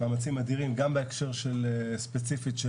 גם בהקשר של ערד ספציפית.